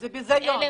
זה ביזיון.